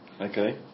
Okay